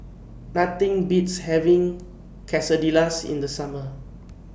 Nothing Beats having Quesadillas in The Summer